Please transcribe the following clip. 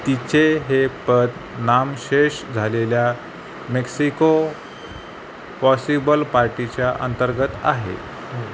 तिचे हे पद नामशेष झालेल्या मेक्सिको पॉसिबल पार्टीच्या अंतर्गत आहे